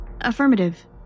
Affirmative